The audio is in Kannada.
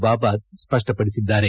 ಬಾಬಾ ಸ್ವಷ್ವಪಡಿಸಿದ್ದಾರೆ